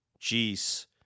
Jeez